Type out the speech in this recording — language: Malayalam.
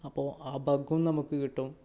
അപ്പോൾ ആ ബഗ്ഗും നമുക്ക് കിട്ടും